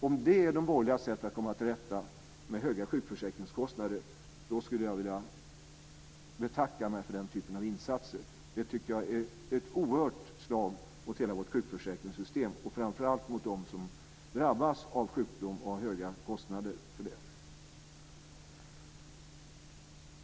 Om det är det borgerliga sättet att komma till rätta med höga sjuksförsäkringskostnader vill jag betacka mig för den typen av insatser. Det är ett oerhört slag mot hela vårt sjukförsäkringssystem och framför allt mot dem som drabbas av sjukdom och har höga kostnader för det.